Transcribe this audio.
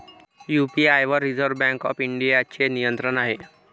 UPI वर reserve bank of इंडियाचे नियंत्रण आहे